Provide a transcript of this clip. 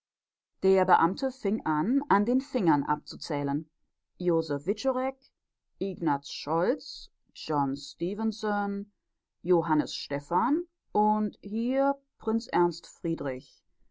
der beamte fing an an den fingern abzuzählen josef wiczorek ignaz scholz john stefenson johannes stefan und hier prinz ernst friedrich